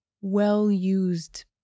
well-used